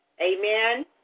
Amen